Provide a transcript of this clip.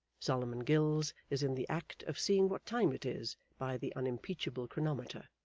solomon gills is in the act of seeing what time it is by the unimpeachable chronometer.